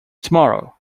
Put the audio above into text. tomorrow